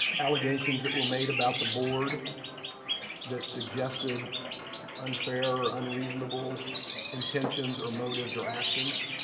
allegations that were made about the board that suggested unfair or unreasonable intentions or motives or actions,